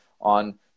on